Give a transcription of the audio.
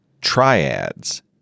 triads